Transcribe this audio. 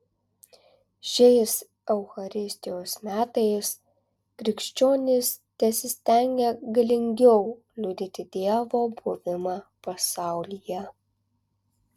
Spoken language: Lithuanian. šiais eucharistijos metais krikščionys tesistengia galingiau liudyti dievo buvimą pasaulyje